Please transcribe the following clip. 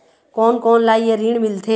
कोन कोन ला ये ऋण मिलथे?